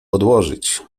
odłożyć